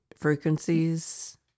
frequencies